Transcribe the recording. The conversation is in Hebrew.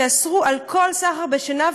ואסרו כל סחר בשנהב,